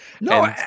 No